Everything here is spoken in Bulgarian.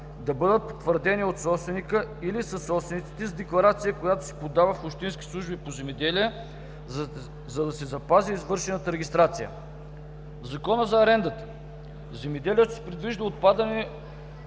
да бъдат утвърдени от собственика или съсобствениците с декларация, която се подава в общинските служби по земеделие, за да се запази извършената регистрация. В Закона за арендата в земеделието се предвижда отпадане